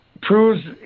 proves